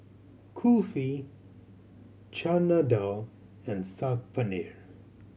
Kulfi Chana Dal and Saag Paneer